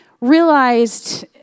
realized